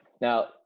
now